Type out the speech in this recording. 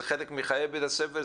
זה חלק מחיי בית הספר,